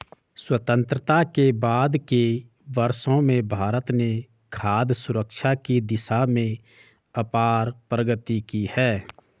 स्वतंत्रता के बाद के वर्षों में भारत ने खाद्य सुरक्षा की दिशा में अपार प्रगति की है